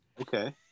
Okay